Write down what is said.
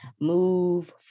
move